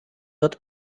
wird